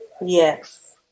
Yes